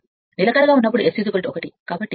నిలిచి పోయిన s s 1